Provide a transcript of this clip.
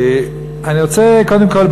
אני רוצה קודם כול,